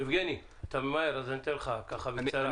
יבגני, אתה ממהר, אז אני אתן לך ככה בקצרה.